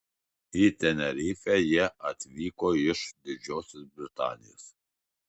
į tenerifę jie atvyko iš didžiosios britanijos